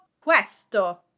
questo